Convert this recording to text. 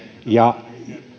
ja